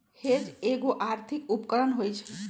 hedge एगो आर्थिक उपकरण होइ छइ